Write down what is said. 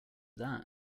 that